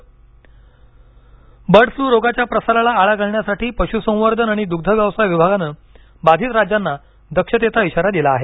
bird flu bird flu रोगाच्या प्रसाराला आळा घालण्यासाठी पशुसंवर्धन आणि दुग्धव्यवसाय विभागानं बाधित राज्यांना दक्षतेचा इशारा दिला आहे